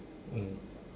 mm